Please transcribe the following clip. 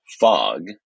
fog